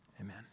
Amen